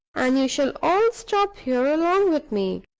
and you shall all stop here along with me.